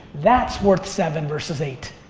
that's worth seven versus eight!